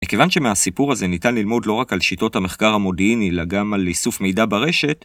מכיוון שמהסיפור הזה ניתן ללמוד לא רק על שיטות המחקר המודיעיני, אלא גם על איסוף מידע ברשת,